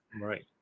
Right